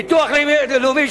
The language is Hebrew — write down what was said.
הביטוח הלאומי.